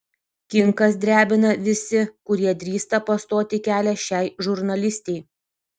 kinkas drebina visi kurie drįsta pastoti kelią šiai žurnalistei